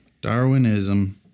darwinism